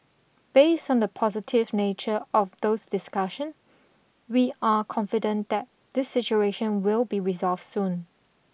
based on the positive nature of those discussion we are confident that this situation will be resolved soon